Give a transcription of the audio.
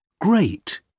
Great